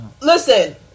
Listen